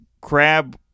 crab